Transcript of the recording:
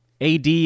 AD